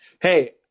Hey